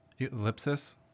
Ellipsis